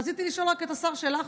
רציתי לשאול את השר שאלה אחרונה,